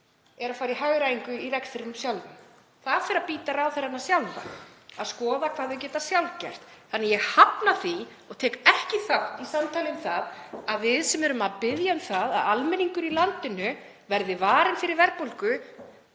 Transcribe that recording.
er að fara í hagræðingu í rekstrinum sjálfum. Það fer að bíta ráðherrana sjálfa, að skoða hvað þau geta sjálf gert. Þannig að ég hafna því og tek ekki þátt í samtali um það að við sem erum að biðja um að almenningur í landinu verði varinn fyrir verðbólgu